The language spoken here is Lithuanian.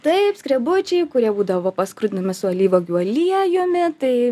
taip skrebučiai kurie būdavo paskrudinami su alyvuogių aliejumi tai